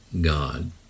God